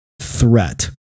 threat